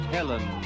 Helen